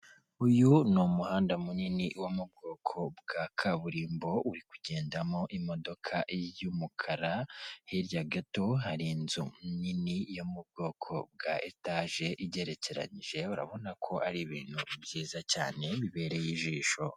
Uyu ni umuhanda munini wo mu bwoko bwa kaburimbo uri kugendamo imodoka y'umukara, hirya gato hari inzu nini yo mu bwoko bwa etaje igerekeranyije, urabona ko ari ibintu byiza cyane bibereye ijisho.